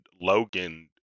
Logan